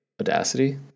audacity